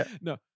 no